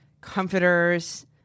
comforters